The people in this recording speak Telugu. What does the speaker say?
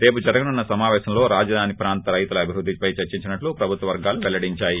రేపు జరగనున్న సమాపేశంలో రాజధాని ప్రాంత రైతులు అభివృద్ధిపై చర్చించనున్న ట్లు ప్రభుత్వ వర్గాలు పెల్లడించాయి